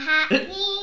Happy